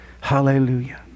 hallelujah